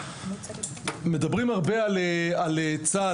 מדברים הרבה על צה"ל,